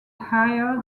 higher